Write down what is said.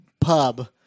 pub –